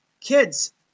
kids